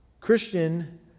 Christian